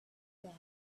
bank